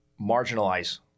marginalize